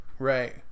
Right